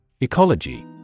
Ecology